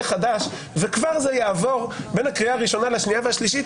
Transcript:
חדש וכבר זה יעבור בין הקריאה הראשונה לשנייה והשלישית